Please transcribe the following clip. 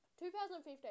2015